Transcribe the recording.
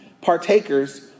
partakers